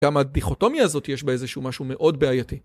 גם הדיכוטומיה הזאת יש בה איזשהו משהו מאוד בעייתי.